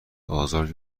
آزار